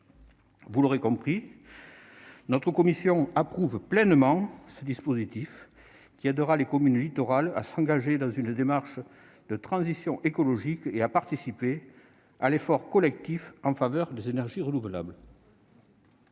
Vous l'aurez compris, notre commission approuve pleinement ce dispositif qui aidera les communes littorales à s'engager dans une démarche de transition écologique et à participer à l'effort collectif en faveur des énergies renouvelables.